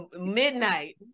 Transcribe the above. midnight